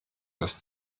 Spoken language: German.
das